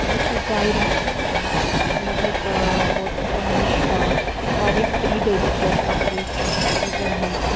بہٕ حظ چھَس ظایرا کَتھ کَران یِمو حظ اوترٕ تۄہہِ نِش واریاہ خٔریٖدٲری کٔر کَپرٕچ چیٖزَن ہٕنٛز